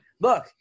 look